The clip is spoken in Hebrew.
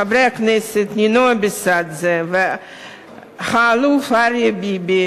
חברי הכנסת נינו אבסדזה והאלוף אריה ביבי,